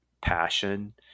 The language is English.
passion